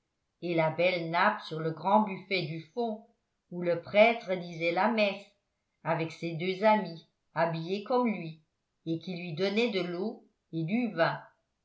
et la belle nappe sur le grand buffet du fond où le prêtre disait la messe avec ses deux amis habillés comme lui et qui lui donnaient de l'eau et du vin